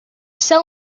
sell